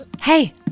Hey